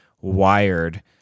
wired